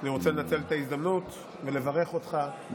אני רוצה לנצל את ההזדמנות ולברך אותך,